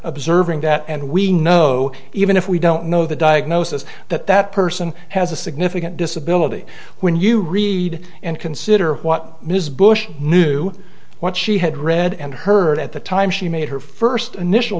observing that and we know even if we don't know the diagnosis that that person has a significant disability when you read and consider what mrs bush knew what she had read and heard at the time she made her first initial